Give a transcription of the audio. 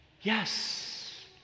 yes